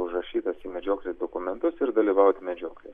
užrašytas į medžioklės dokumentus ir dalyvauti medžioklėj